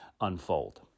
unfold